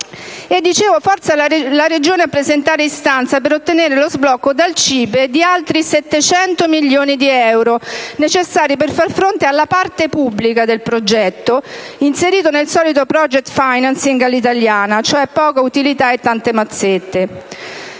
Dicevo, si forza la Regione a presentare istanza per ottenere lo sblocco dal CIPE di altri 700 milioni di euro necessari per far fronte alla parte pubblica del progetto, inserito nel solito *projet financing* all'italiana: cioè, poca utilità e tante mazzette.